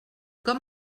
com